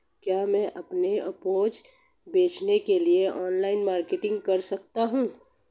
क्या मैं अपनी उपज बेचने के लिए ऑनलाइन मार्केटिंग कर सकता हूँ?